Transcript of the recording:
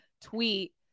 tweet